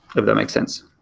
if that makes sense.